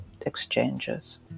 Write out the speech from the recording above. exchanges